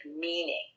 meaning